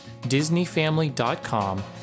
DisneyFamily.com